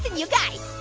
and you guys.